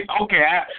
okay